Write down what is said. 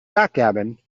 backgammon